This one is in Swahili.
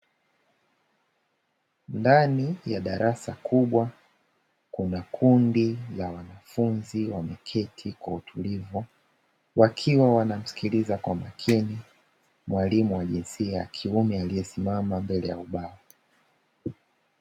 Ndani ya darasa kubwa kuna kundi la wanafunzi wameketi kwa utulivu, wakiwa wanamsikiliza kwa makini mwalimu wa jinsia ya kiume aliyesimama mbele ya ubao.